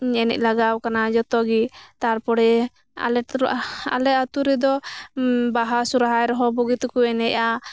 ᱤᱧᱤᱧ ᱮᱱᱮᱡ ᱞᱮᱜᱟᱣ ᱠᱟᱱᱟ ᱡᱚᱛᱚ ᱜᱮ ᱛᱟᱨᱯᱚᱨᱮ ᱟᱞᱮ ᱟᱛᱩ ᱨᱮ ᱟᱞᱮ ᱟᱛᱩ ᱨᱮ ᱨᱮᱫᱚ ᱵᱟᱦᱟ ᱥᱚᱨᱦᱟᱭ ᱨᱮᱦᱚᱸ ᱵᱩᱜᱤ ᱛᱮᱠᱚ ᱮᱱᱮᱡ ᱟ